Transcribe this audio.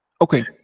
okay